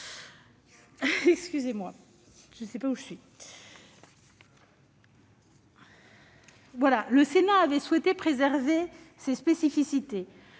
Le Sénat avait souhaité préserver les spécificités